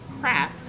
crap